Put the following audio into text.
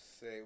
say